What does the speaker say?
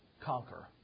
conquer